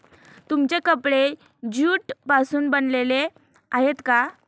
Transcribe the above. तुमचे कपडे ज्यूट पासून बनलेले आहेत का?